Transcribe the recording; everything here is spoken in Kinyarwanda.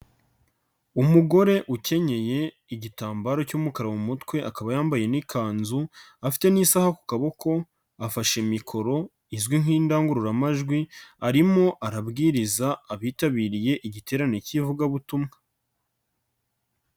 Umugore ukenyeye igitambaro cy'umukara mu mutwe akaba yambaye n'ikanzu afite n'isaha ku kaboko, afashe mikoro izwi nk'indangururamajwi arimo arabwiriza abitabiriye igiterane cy'ivugabutumwa.